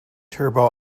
turbo